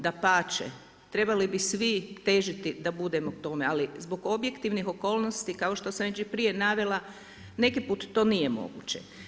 Dapače, trebali bi svi težiti da budemo tome, ali zbog objektivnih okolnosti, kao što sam to i prije navela, neki put to nije moguće.